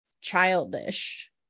childish